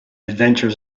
adventures